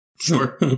Sure